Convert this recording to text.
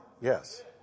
Yes